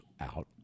out